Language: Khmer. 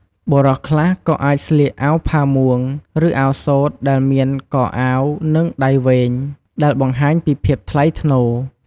បុរសខ្លះក៏អាចស្លៀកអាវផាមួង ឬអាវសូត្រដែលមានកអាវ និងដៃវែង ដែលបង្ហាញពីភាពថ្លៃថ្នូរ។